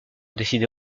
décider